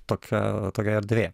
tokia tokia erdvė